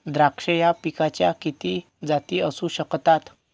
द्राक्ष या पिकाच्या किती जाती असू शकतात?